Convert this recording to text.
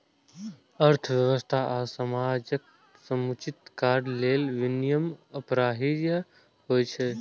अर्थव्यवस्था आ समाजक समुचित कार्य लेल विनियम अपरिहार्य होइ छै